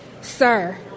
sir